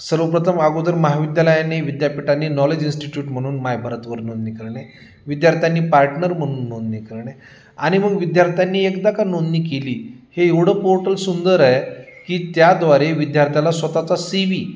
सर्वप्रथम आगोदर महाविद्यालयाने विद्यापीठाने नॉलेज इन्स्टिट्यूट म्हणून माय भारतवर नोंदणी करणे विद्यार्थ्यांनी पार्टनर म्हणून नोंदणी करणे आणि मग विद्यार्थ्यांनी एकदा का नोंदणी केली हे एवढं पोर्टल सुंदर आहे की त्याद्वारे विद्यार्थ्याला स्वतःचा सी वी